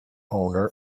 owner